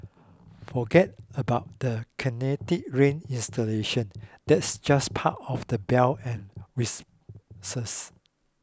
forget about the Kinetic Rain installation that's just part of the bell and whistles